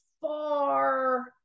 far